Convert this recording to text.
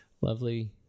lovely